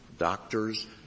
Doctors